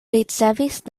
ricevis